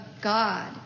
God